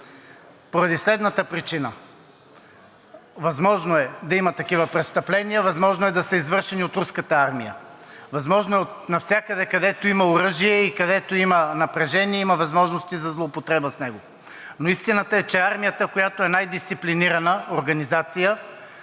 поради следната причина: възможно е да има такива престъпления, възможно е да са извършени от Руската армия, възможно е навсякъде, където има оръжие и където има напрежение, да има възможности за злоупотреба с него, но истината е, че армията, която е най-дисциплинираната организация,